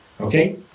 Okay